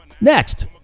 Next